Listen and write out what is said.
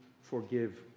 forgive